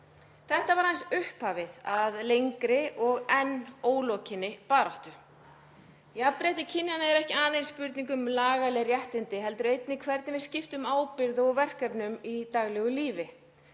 Þetta var aðeins upphafið að lengri og enn ólokinni baráttu. Jafnrétti kynjanna er ekki aðeins spurning um lagaleg réttindi heldur einnig hvernig við skiptum ábyrgð og verkefnum í daglegu lífi.